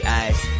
eyes